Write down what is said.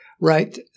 Right